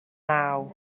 naw